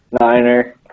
niner